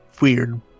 Weird